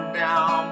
down